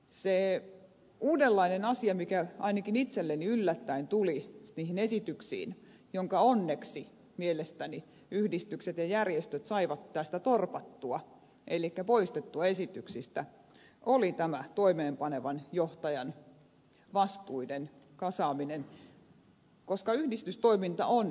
se uudenlainen asia joka ainakin itselleni yllättäen tuli niihin esityksiin ja jonka onneksi mielestäni yhdistykset ja järjestöt saivat tästä torpattua elikkä poistettua esityksistä oli tämä toimeenpanevan johtajan vastuiden kasaaminen koska yhdistystoiminta on yhteistä vastuuta